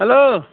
hello